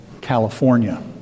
California